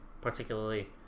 particularly